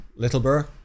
Littleborough